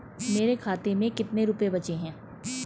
मेरे खाते में कितने रुपये बचे हैं?